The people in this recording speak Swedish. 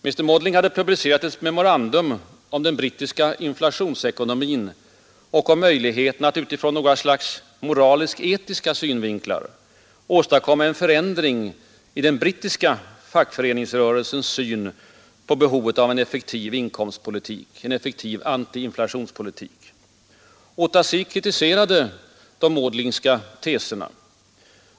Mr Maudling hade publicerat ett memorandum om den brittiska inflationsekonomin och om möjligheterna att utifrån moralisk-etiska synvinklar åstadkomma en förändring i den brittiska fackföreningsrörelsens syn på behovet av en effektiv inkomstpolitik, en effektiv antiinflationspolitik. Ota Sik kritiserade hans teser.